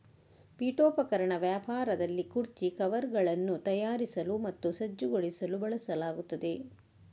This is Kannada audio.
ಪೀಠೋಪಕರಣ ವ್ಯಾಪಾರದಲ್ಲಿ ಕುರ್ಚಿ ಕವರ್ಗಳನ್ನು ತಯಾರಿಸಲು ಮತ್ತು ಸಜ್ಜುಗೊಳಿಸಲು ಬಳಸಲಾಗುತ್ತದೆ